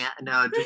No